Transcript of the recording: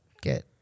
get